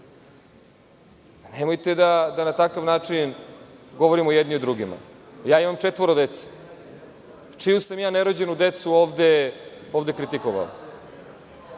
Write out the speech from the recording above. ovde. Nemojte da na takav način govorimo jedni o drugima. Imam četvoro dece, čiju sam ja nerođenu decu ovde